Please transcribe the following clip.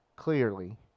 Clearly